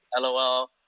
LOL